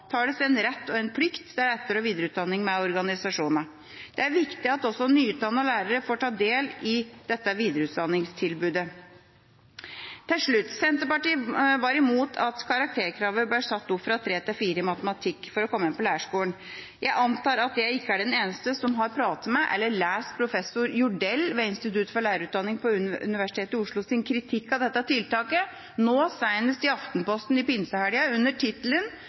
avtales en rett og en plikt til etter- og videreutdanning med organisasjonene. Det er viktig at også nyutdannede lærere får ta del i dette videreutdanningstilbudet. Til slutt: Senterpartiet var imot at karakterkravet ble satt opp fra 3 til 4 i matematikk for å komme inn på lærerskolen. Jeg antar at jeg ikke er den eneste som har snakket med professor Jordell ved Institutt for pedagogikk på UiO, eller lest hans kritikk av dette tiltaket – nå senest i Aftenposten i pinsehelga under tittelen: